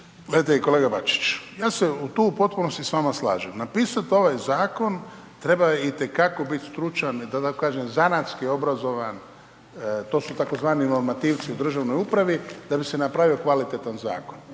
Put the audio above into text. Gledajte kolega Bačić. Ja se tu u potpunosti s vama slažem. Napisati ovaj zakon treba itekako treba biti stručan, da tako kažem, zanatski obrazovan, to su tzv. normativci u državnoj upravi da bi se napravio kvalitetan zakon.